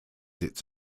its